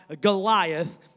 Goliath